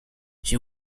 she